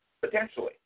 Potentially